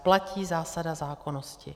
Platí zásada zákonnosti.